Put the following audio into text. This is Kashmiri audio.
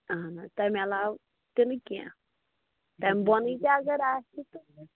اَہَن حظ تَمہِ علاوٕ تہِ نہٕ کیٚنٛہہ تَمہِ بۄنٕے تہِ اگر آسہِ تہٕ